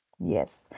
Yes